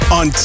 on